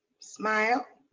smile,